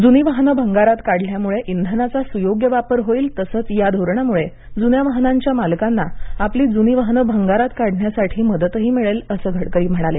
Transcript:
जुनी वाहन भंगारात काढल्यामुळे इंधनाचा सुयोग्य वापर होईल तसंच या धोरणामुळे जुन्या वाहनांच्या मालकांना आपली जुनी वाहन भंगारात काढण्यासाठी मदतही मिळेल असं गडकरी म्हणाले